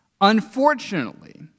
Unfortunately